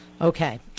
Okay